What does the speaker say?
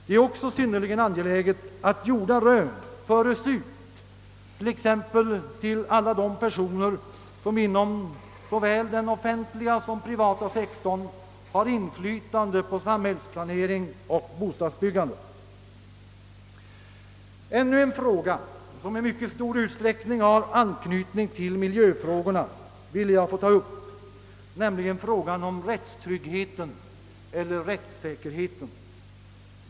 Det är också synnerligen angeläget att gjorda rön föres ut t.ex, till alla de personer som inom såväl den offentliga som den privata sektorn har inflytande på samhällsplanering och bostadsbyggande. Ännu en fråga, som i mycket stor utsträckning har anknytning till miljöfrågorna, ville jag ta upp, nämligen frågan om rättstryggheten eller rättssäkerheten.